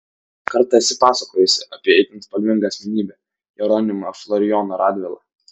kartą esi pasakojusi apie itin spalvingą asmenybę jeronimą florijoną radvilą